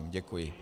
Děkuji.